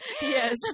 Yes